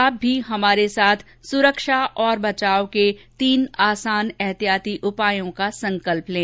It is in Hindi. आप भी हमारे साथ सुरक्षा और बचाव के तीन आसान एहतियाती उपायों का संकल्प लें